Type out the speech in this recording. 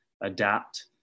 adapt